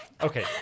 Okay